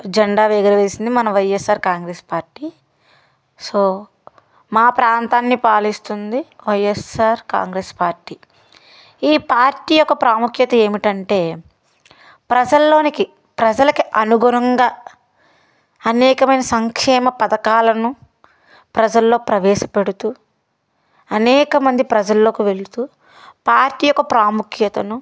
జండా ఎగరవేసింది మన వైఎస్ఆర్ కాంగ్రెస్ పార్టీ సో మా ప్రాంతాన్ని పాలిస్తుంది వైఎస్ఆర్ కాంగ్రెస్ పార్టీ ఈ పార్టీ యొక్క ప్రాముఖ్యత ఏమిటంటే ప్రజల్లోనికి ప్రజలకు అనుగుణంగా అనేకమైన సంక్షేమ పథకాలను ప్రజల్లో ప్రవేశపెడుతూ అనేకమంది ప్రజల్లోకి వెళుతూ పార్టీ యొక్క ప్రాముఖ్యతను